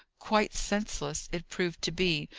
quite senseless, it proved to be,